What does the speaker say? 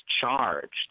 charged